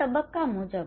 આ તબક્કા મુજબ